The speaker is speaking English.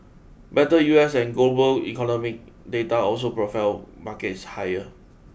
better U S and global economy data also propelled markets higher